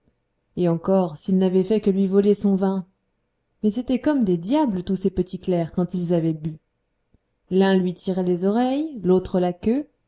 et encore s'ils n'avaient fait que lui voler son vin mais c'étaient comme des diables tous ces petits clercs quand ils avaient bu l'un lui tirait les oreilles l'autre la queue